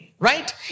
Right